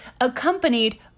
accompanied